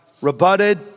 rebutted